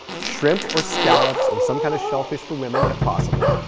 shrimp or scallops or some kind of shellfish for women, if possible.